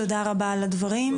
תודה רבה על הדברים.